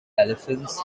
elephants